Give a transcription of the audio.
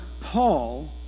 Paul